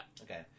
Okay